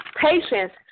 patience